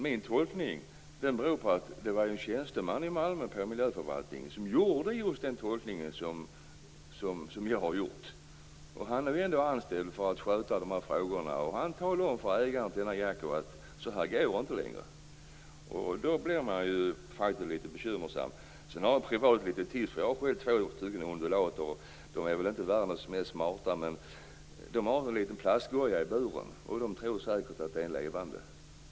Min tolkning beror på att en tjänsteman på miljöförvaltningen i Malmö gjorde just den tolkning som jag har gjort. Han är ju ändå anställd för att sköta de här frågorna. Han talade om för ägaren till Jacko att så här går det inte längre. Då blir man litet bekymrad. Jag har ett litet tips. Jag har två undulater. De är väl inte världens smartaste, men de har en liten plastgoja i buren och tror säkert att den är levande.